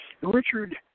Richard